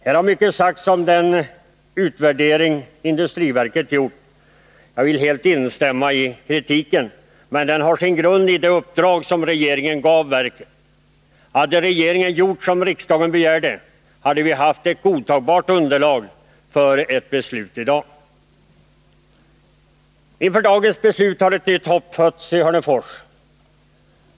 Här har mycket sagts om den utvärdering industriverket gjort. Jag vill helt instämma i kritiken. Men den har sin grund i det uppdrag regeringen gav verket. Hade regeringen gjort som riksdagen begärde hade vi i dag haft ett godtagbart underlag för ett beslut. Inför dagens beslut har ett nytt hopp fötts i Hörnefors.